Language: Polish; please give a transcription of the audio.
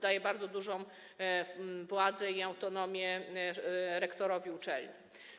Ona daje bardzo dużą władzę i autonomię rektorowi uczelni.